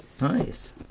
nice